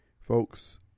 folks